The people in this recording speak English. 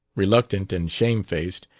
reluctant and shame-faced,